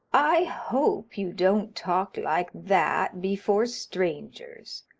i hope you don't talk like that before strangers.